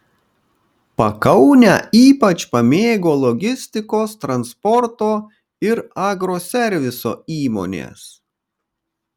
pakaunę ypač pamėgo logistikos transporto ir agroserviso įmonės